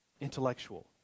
intellectual